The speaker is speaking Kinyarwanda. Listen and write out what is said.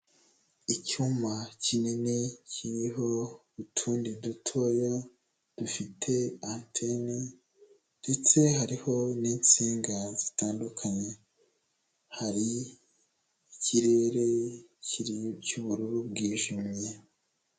Icyuma kinini kiriho utundi dutoya dufite anteni ndetse hariho n'insinga zitandukanye, hari ikirere kiri, cy'ubururu bwijimye.